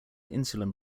insulin